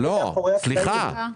סליחה.